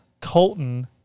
Colton